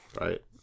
Right